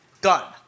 Done